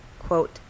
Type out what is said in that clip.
Quote